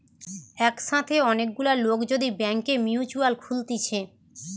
একসাথে অনেক গুলা লোক যদি ব্যাংকে মিউচুয়াল খুলতিছে